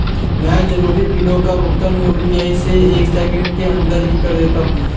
मैं जरूरी बिलों का भुगतान यू.पी.आई से एक सेकेंड के अंदर ही कर देता हूं